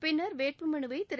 பின்னர் வேட்புமனுவை திரு